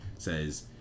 says